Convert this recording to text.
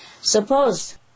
Suppose